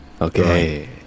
Okay